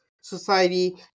society